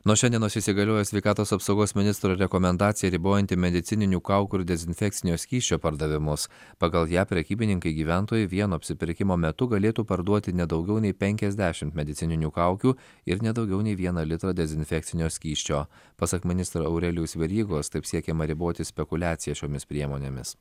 nuo šiandienos įsigaliojo sveikatos apsaugos ministro rekomendacija ribojanti medicininių kaukių ir dezinfekcinio skysčio pardavimus pagal ją prekybininkai gyventojui vieno apsipirkimo metu galėtų parduoti ne daugiau nei penkiasdešimt medicininių kaukių ir ne daugiau nei vieną litrą dezinfekcinio skysčio pasak ministro aurelijaus verygos taip siekiama riboti spekuliaciją šiomis priemonėmis